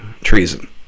treason